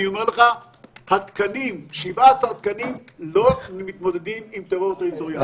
אני אומר לך ש-17 תקנים לא מתמודדים עם טרור טריטוריאלי.